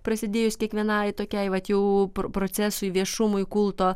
prasidėjus kiekvienai tokiai vat jau procesui viešumui kulto